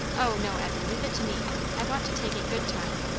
o no, evan leave it to me i want to take a good time.